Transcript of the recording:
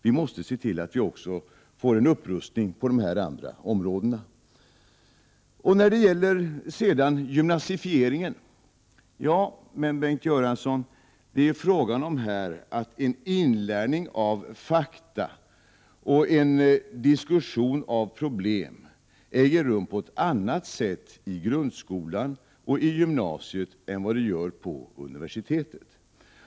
Vi måste också få till stånd en upprustning på de här andra områdena. När det sedan gäller gymnasifieringen vill jag säga till Bengt Göransson att det är fråga om att inlärningen av fakta och diskussionen av problem äger rum på ett annat sätt i grundskolan och gymnasiet än på universitetet.